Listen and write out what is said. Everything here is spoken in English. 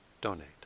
donate